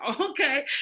okay